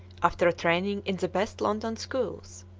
after a training in the best london schools.